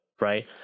Right